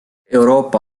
euroopa